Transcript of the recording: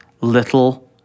little